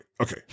Okay